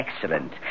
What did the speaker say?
Excellent